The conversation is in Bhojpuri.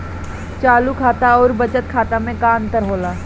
चालू खाता अउर बचत खाता मे का अंतर होला?